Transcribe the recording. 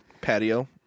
Patio